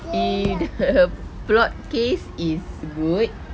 if the plot case is good